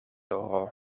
oro